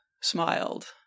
smiled